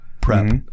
prep